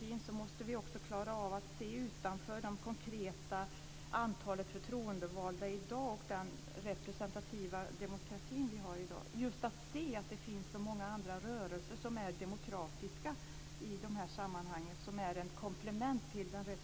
Senast i går fattade regeringen beslut om nya tilläggsdirektiv till den sittande parlamentariska författningsutredningen.